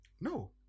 No